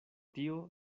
tio